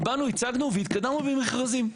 ובאנו, הצגנו והתקדמנו במכרזים.